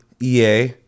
EA